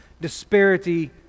disparity